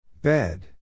Bed